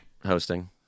hosting